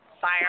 Fire